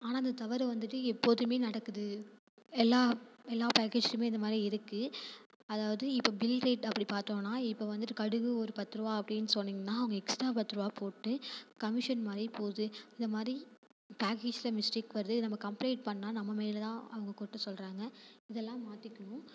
ஆனால் அந்த தவறு வந்துட்டு எப்போதுமே நடக்குது எல்லா எல்லா பேக்கேஜிலேமே இந்த மாதிரி இருக்குது அதாவது இப்போ பில் டேட் அப்படி பார்த்தோன்னா இப்போ வந்துட்டு கடுகு ஒரு பத்து ரூபா அப்படின்னு சொன்னிங்கன்னால் அவங்க எக்ஸ்ட்ரா பத்து ரூபா போட்டு கமிஷன் மாதிரி போகுது இந்த மாதிரி பேக்கேஜில் மிஸ்டேக் வருது நம்ம கம்ப்ளேன் பண்ணிணா நம்ம மேலே தான் அவங்க குற்றம் சொல்கிறாங்க இதெல்லாம் மாற்றிக்கணும்